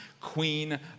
queen